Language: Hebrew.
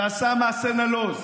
שעשה מעשה נלוז.